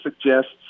suggests